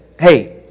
hey